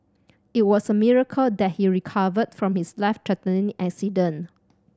it was a miracle that he recovered from his life threatening accident